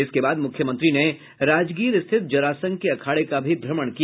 इसके बाद मुख्यमंत्री ने राजगीर स्थित जरासंध के अखाड़े का भी भ्रमण किया